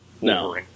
No